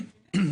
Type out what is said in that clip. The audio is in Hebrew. יחידים,